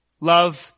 love